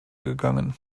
gegangen